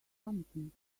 something